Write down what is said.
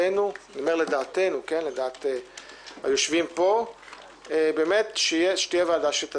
אתם יודעים, פה או לא פה כולנו על זמן קצוב.